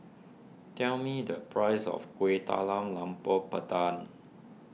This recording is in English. tell me the price of Kueh Talam Tepong Pandan